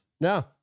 No